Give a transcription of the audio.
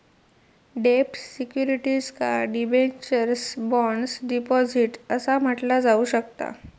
डेब्ट सिक्युरिटीजका debentures, bonds, deposits असा म्हटला जाऊ शकता